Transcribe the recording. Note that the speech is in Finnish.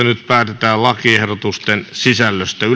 nyt päätetään lakiehdotusten sisällöstä